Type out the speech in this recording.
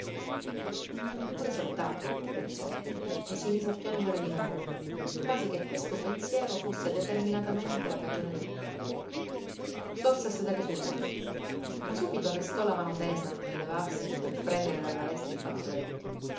non mi ha neppure salutata pensò e si mise a piangere di nuovo quasi che questo pensiero fosse determinatamente la cagione del pianto sorse a sedere sul letto ma subito arrestò la mano tesa nel levarsi per prendere dalla veste il fazzoletto